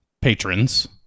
patrons